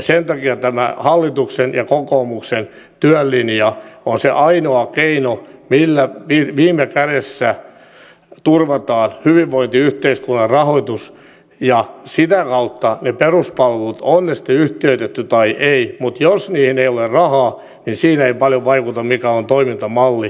sen takia tämä hallituksen ja kokoomuksen työlinja on se ainoa keino millä viime kädessä turvataan hyvinvointiyhteiskunnan rahoitus ja sitä kautta ne peruspalvelut on ne sitten yhtiöitetty tai ei jos niihin ei ole rahaa niin siinä ei paljon vaikuta mikä on toimintamalli